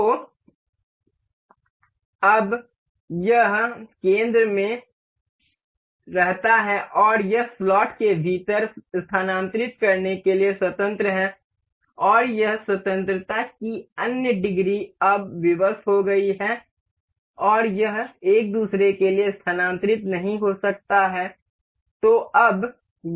तो अब यह केंद्र में रहता है और यह स्लॉट के भीतर स्थानांतरित करने के लिए स्वतंत्र है और यह स्वतंत्रता की अन्य डिग्री अब विवश हो गई है और यह एक दूसरे के लिए स्थानांतरित नहीं हो सकता है